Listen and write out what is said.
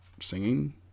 singing